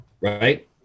right